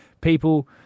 people